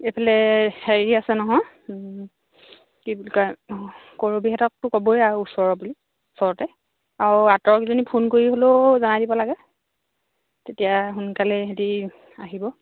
এইফালে হেৰি আছে নহয় কি বুলি কৰবীহেঁতকতো ক'বই আৰু ওচৰৰ বুলি ওচৰতে আৰু আঁতৰকিজনী ফোন কৰি হ'লেও জনাই দিব লাগে তেতিয়া সোনকালে সিহঁতি আহিব